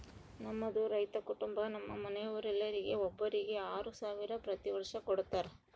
ನಮ್ಮದು ರೈತ ಕುಟುಂಬ ನಮ್ಮ ಮನೆಯವರೆಲ್ಲರಿಗೆ ಒಬ್ಬರಿಗೆ ಆರು ಸಾವಿರ ಪ್ರತಿ ವರ್ಷ ಕೊಡತ್ತಾರೆ